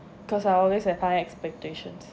cause I always have high expectations